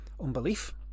unbelief